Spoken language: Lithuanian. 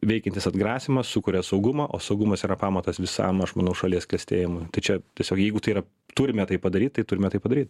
veikiantis atgrasymas sukuria saugumą o saugumas yra pamatas visam aš manau šalies klestėjimui tai čia tiesiog jeigu tai yra turime tai padaryt tai turime tai padaryt